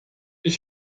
ich